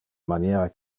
maniera